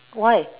why